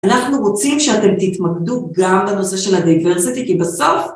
אנחנו רוצים שאתם תתמקדו גם בנושא של הדייברסיטי כי בסוף...